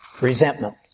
resentment